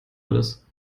alles